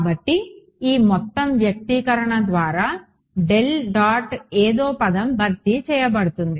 కాబట్టి ఈ మొత్తం వ్యక్తీకరణ ద్వారా ఏదో పదం భర్తీ చేయబడింది